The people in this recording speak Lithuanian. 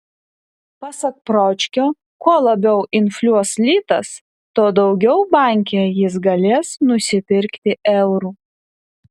pasak pročkio kuo labiau infliuos litas tuo daugiau banke jis galės nusipirkti eurų